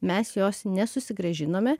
mes jos nesusigrąžinome